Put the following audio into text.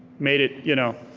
made it, you know,